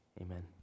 Amen